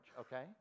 okay